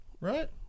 Right